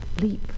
leap